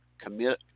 commit